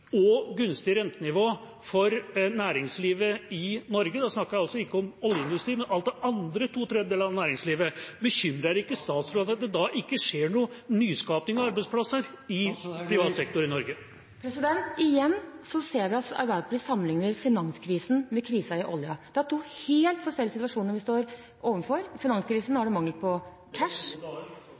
og gunstig rentenivå for næringslivet i Norge – og da snakker jeg ikke om oljeindustrien, men om alt det andre, to tredjedeler av næringslivet – ikke skjer noen nyskaping av arbeidsplasser i privat sektor i Norge? Igjen ser vi at Arbeiderpartiet sammenligner finanskrisen med krisen i oljeindustrien. Det er to helt forskjellige situasjoner vi står overfor. Under finanskrisen var det mangel på